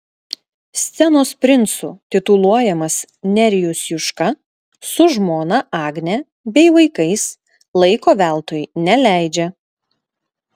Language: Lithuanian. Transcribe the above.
scenos princu tituluojamas nerijus juška su žmona agne bei vaikais laiko veltui neleidžia